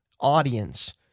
audience